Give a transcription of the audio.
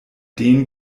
denen